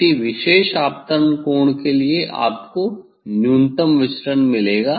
किसी विशेष आपतन कोण के लिए आपको न्यूनतम विचलन मिलेगा